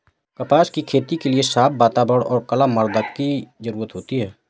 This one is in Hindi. कपास की खेती के लिए साफ़ वातावरण और कला मृदा की जरुरत होती है